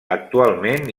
actualment